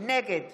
נגד